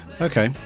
Okay